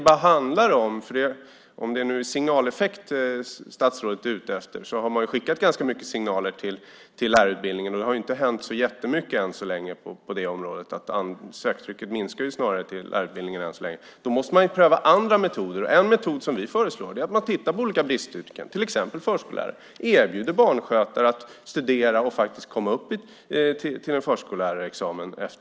Är det en signaleffekt statsrådet är ute efter har man skickat ganska många signaler till lärarutbildningen, men än så länge har det inte hänt så jättemycket på det området. Söktrycket på lärarutbildningen minskar snarare. Då måste man pröva andra metoder. En metod som vi föreslår är att man tittar på olika bristyrken, till exempel förskollärare, och erbjuder barnskötare att studera och komma upp till en förskollärarexamen.